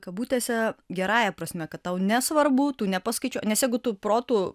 kabutėse gerąja prasme kad tau nesvarbu tu nepaskaičiuo nes jeigu tu protu